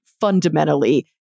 fundamentally